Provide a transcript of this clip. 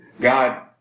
God